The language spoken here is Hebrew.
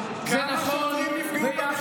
עלייה